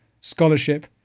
scholarship